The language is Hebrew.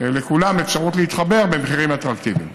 לכולם אפשרות להתחבר במחירים אטרקטיביים.